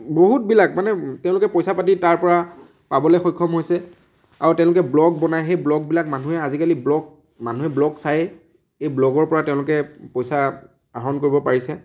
বহুতবিলাক মানে তেওঁলেোকে পইচা পাতি তাৰপৰা পাবলে সক্ষম হৈছে আৰু তেওঁলোকে ব্লগ বনায় সেই ব্লগবিলাক মানুহে আজিকালি ব্লগ মানুহে ব্লগ চায়েই এই ব্লগৰ পৰা তেওঁলোেকে পইচা আহৰণ কৰিব পাৰিছে